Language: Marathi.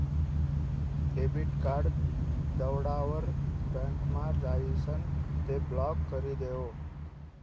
डेबिट कार्ड दवडावर बँकमा जाइसन ते ब्लॉक करी देवो